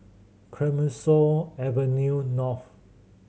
Clemenceau Avenue North